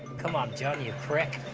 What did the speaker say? come um ah you prick